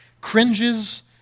cringes